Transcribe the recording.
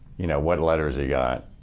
you know, what letters he got,